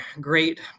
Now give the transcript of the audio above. great